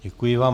Děkuji vám.